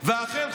"ואכן,